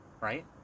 right